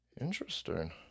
Interesting